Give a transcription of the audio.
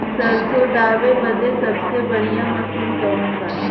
सरसों दावे बदे सबसे बढ़ियां मसिन कवन बा?